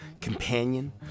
Companion